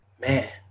Man